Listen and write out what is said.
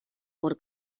por